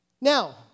Now